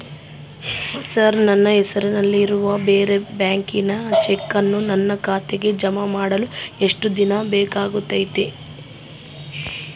Sir ನನ್ನ ಹೆಸರಲ್ಲಿ ಇರುವ ಬೇರೆ ಬ್ಯಾಂಕಿನ ಚೆಕ್ಕನ್ನು ನನ್ನ ಖಾತೆಗೆ ಜಮಾ ಮಾಡಲು ಎಷ್ಟು ದಿನ ಬೇಕಾಗುತೈತಿ?